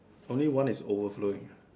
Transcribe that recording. only one is overflowing